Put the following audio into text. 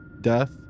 death